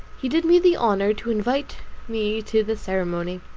he did me the honour to invite me to the ceremony.